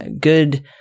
good